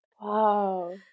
Wow